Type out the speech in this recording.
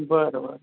बरं बरं